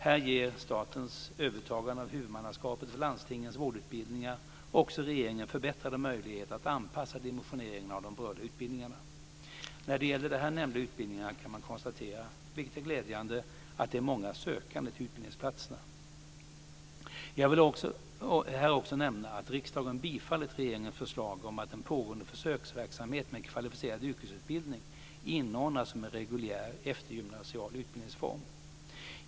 Här ger statens övertagande av huvudmannaskapet för landstingens vårdutbildningar också regeringen förbättrade möjligheter att anpassa dimensioneringen av de berörda utbildningarna. När det gäller de här nämnda utbildningarna kan man konstatera, vilket är glädjande, att det är många sökande till utbildningsplatserna. Jag vill här också nämna att riksdagen bifallit regeringens förslag om att den pågående försöksverksamheten med kvalificerad yrkesutbildning inordnas som en reguljär eftergymnasial utbildningsform.